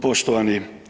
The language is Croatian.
Poštovani.